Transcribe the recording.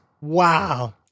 Wow